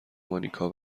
مانیکا